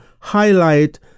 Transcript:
highlight